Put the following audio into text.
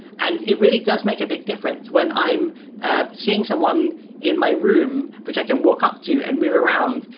and it really does make a big difference. when i'm seeing someone in my room, which i can walk up to and move around,